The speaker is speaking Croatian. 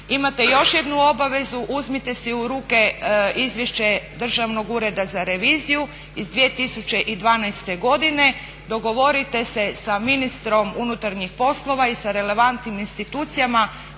Imate još jednu obavezu, uzmite si u ruke izvješće Državnog ureda za reviziju iz 2012. godine, dogovorite se sa ministrom unutarnjih poslova i sa relevantnim institucijama,